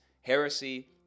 heresy